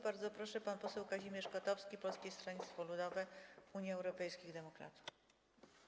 Bardzo proszę, pan poseł Kazimierz Kotowski, Polskie Stronnictwo Ludowe - Unia Europejskich Demokratów.